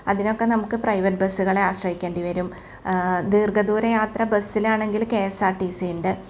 അതിനൊക്കെ നമുക്ക് പ്രൈവറ്റ് ബസ്സുകളെ ആശ്രയിക്കേണ്ടി വരും ദീർഘദൂര യാത്ര ബസ്സിലാണെങ്കില് K S R T C ഉണ്ട്